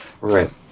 right